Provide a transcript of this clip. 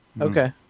Okay